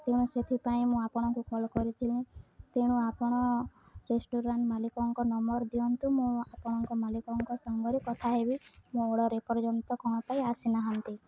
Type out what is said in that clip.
ତେଣୁ ସେଥିପାଇଁ ମୁଁ ଆପଣଙ୍କୁ କଲ୍ କରିଥିଲି ତେଣୁ ଆପଣ ରେଷ୍ଟୁରାଣ୍ଟ ମାଲିକଙ୍କ ନମ୍ବର ଦିଅନ୍ତୁ ମୁଁ ଆପଣଙ୍କ ମାଲିକଙ୍କ ସାଙ୍ଗରେ କଥା ହେବି ମୋ ଅର୍ଡ଼ର ଏପର୍ଯ୍ୟନ୍ତ କ'ଣ ପାଇଁ ଆସିନାହାନ୍ତି